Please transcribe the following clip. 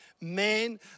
Man